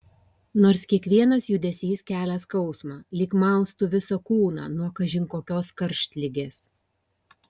nors kiekvienas judesys kelia skausmą lyg maustų visą kūną nuo kažin kokios karštligės